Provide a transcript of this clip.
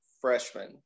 freshman